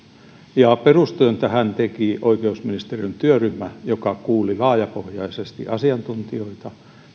perustyön tähän teki oikeusministeriön työryhmä joka kuuli laajapohjaisesti asiantuntijoita